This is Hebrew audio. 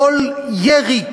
כל ירי,